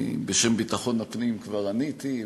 בשם ביטחון הפנים כבר עניתי,